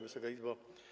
Wysoka Izbo!